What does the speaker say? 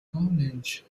college